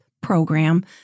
program